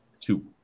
Two